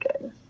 good